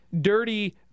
Dirty